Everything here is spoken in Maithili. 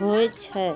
होइ छै